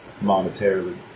monetarily